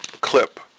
clip